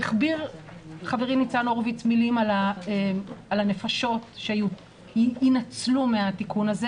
הכביר חברי ניצן הורוביץ במילים על הנפשות שיינצלו מהתיקון הזה